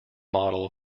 model